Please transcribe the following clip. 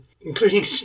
including